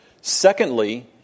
Secondly